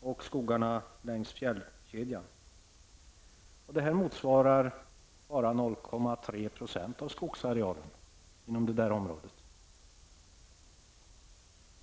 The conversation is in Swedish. och skogarna längs fjällkedjan. Det motsvarar bara 0,3 % av skogsarealen inom det området.